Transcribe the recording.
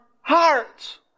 hearts